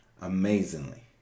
amazingly